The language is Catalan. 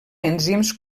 enzims